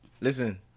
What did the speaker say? Listen